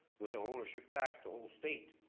with the ownership tax, the whole state.